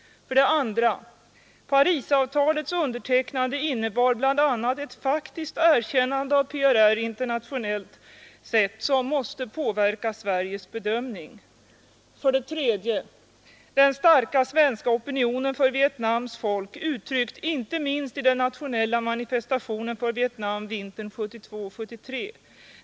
2. Parisavtalets undertecknande innebar bl.a. ett faktiskt erkännande av PRR internationellt sett, som måste påverka Sveriges bedömning. 3. Den starka svenska opinionen för Vietnams folk uttryckt inte minst i den nationella manifestationen för Vietnam vintern 1972—1973.